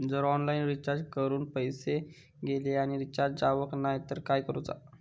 जर online recharge करून पैसे गेले आणि रिचार्ज जावक नाय तर काय करूचा?